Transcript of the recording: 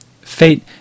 Fate